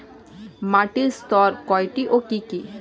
মাটির স্তর কয়টি ও কি কি?